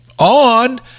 on